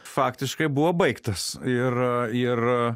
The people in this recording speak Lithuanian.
faktiškai buvo baigtas ir ir